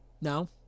No